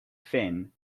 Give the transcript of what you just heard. finn